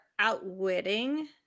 outwitting